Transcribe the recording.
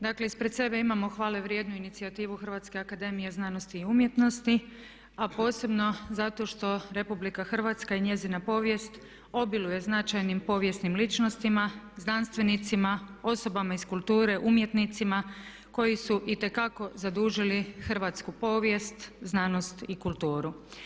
Dakle ispred sebe imamo hvale vrijednu inicijativu Hrvatske akademije znanosti i umjetnosti a posebno zato što Republika Hrvatska i njezina povijest obiluje značajnim povijesnim ličnostima, znanstvenicima, osobama iz kulture, umjetnicima koji su itekako zadužili hrvatsku povijest, znanost i kulturu.